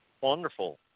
wonderful